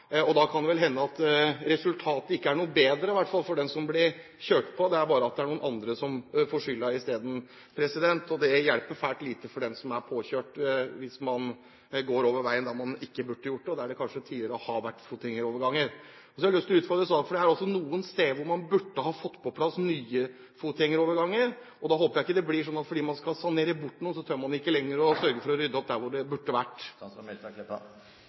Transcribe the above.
Da kan det vel hende at resultatet ikke er noe bedre i hvert fall for den som blir påkjørt – det er bare at det er noen andre som får skylda isteden. Det hjelper fælt lite for den som blir påkjørt fordi han eller hun har gått over veien der man ikke burde gjort det, der det kanskje tidligere har vært fotgjengeroverganger. Så har jeg lyst til å utfordre statsråden. Det er noen steder hvor man burde ha fått på plass nye fotgjengeroverganger. Da håper jeg det ikke blir slik at fordi man skal sanere bort noen, tør man ikke lenger å sørge for å rydde opp der hvor det burde vært